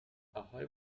اهای